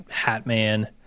Hatman